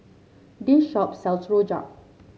this shop sells rojak